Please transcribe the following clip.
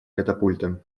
катапульта